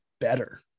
better